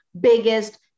biggest